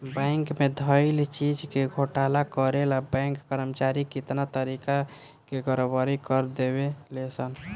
bank में धइल चीज के घोटाला करे ला बैंक कर्मचारी कितना तारिका के गड़बड़ी कर देवे ले सन